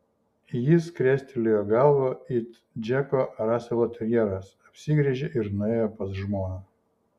jis krestelėjo galvą it džeko raselo terjeras apsigręžė ir nuėjo pas žmoną